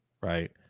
right